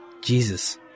Jesus